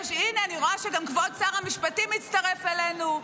הינה, אני רואה שגם כבוד שר המשפטים הצטרף אלינו.